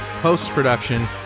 post-production